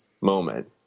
moment